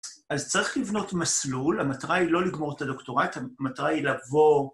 אז צריך לבנות מסלול, המטרה היא לא לגמור את הדוקטורט, המטרה היא לעבור...